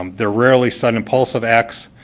um they're rarely said impulsive acts.